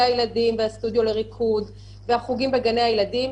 הילדים והסטודיו לריקוד והחוגים בגני הילדים,